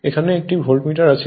এখানে একটি ভোল্টমিটার আছে